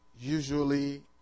usually